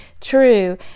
true